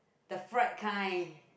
the fried kind